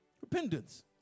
Repentance